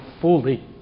fully